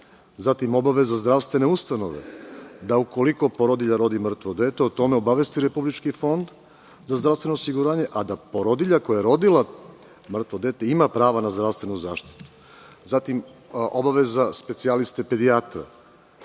zatim obaveza zdravstvene ustanove da ukoliko porodilja rodi mrtvo dete, o tome obavesti Republički fond za zdravstveno osiguranje, a da porodilja koja je rodila mrtvo dete ima pravo na zdravstvenu zaštitu. Zatim, obaveza specijaliste pedijatra,